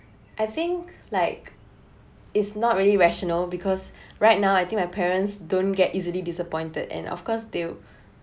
I think like it's not really rational because right now I think my parents don't get easily disappointed and of course they'll